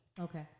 Okay